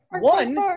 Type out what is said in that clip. One